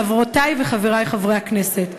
חברותי וחברי חברי הכנסת,